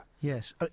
Yes